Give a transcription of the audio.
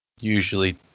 usually